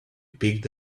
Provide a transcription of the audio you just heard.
picked